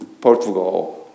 Portugal